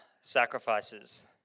sacrifices